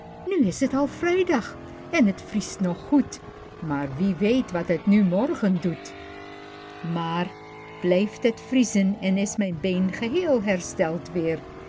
nu is t al vrijdag en t vriest nog goed maar wie weet wat het nu morgen doet maar blijft het vriezen en is mijn been geheel hersteld weer